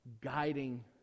guiding